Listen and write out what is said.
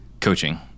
coaching